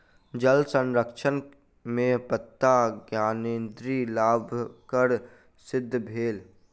जल संरक्षण में पत्ता ज्ञानेंद्री लाभकर सिद्ध भेल